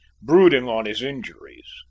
brooding on his injuries,